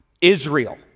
Israel